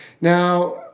Now